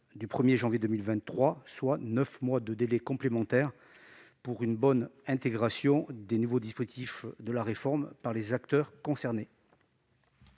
du 1 janvier 2023, soit neuf mois de délai supplémentaire pour une bonne intégration des nouveaux dispositifs de la réforme par les acteurs concernés.